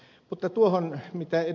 mutta tuohon mitä ed